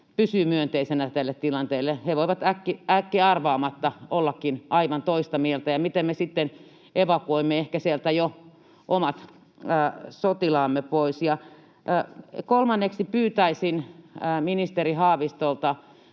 pysyy myönteisenä tälle tilanteelle. He voivat äkkiarvaamatta ollakin aivan toista mieltä, ja miten me sitten evakuoimme ehkä sieltä jo omat sotilaamme pois? Kolmanneksi pyytäisin ministeri Haavistolta,